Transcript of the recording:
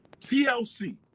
TLC